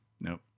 Nope